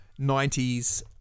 90s